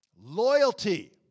Loyalty